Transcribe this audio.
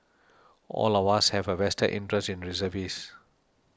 all of us have a vested interest in reservist